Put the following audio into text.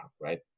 right